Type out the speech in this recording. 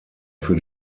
für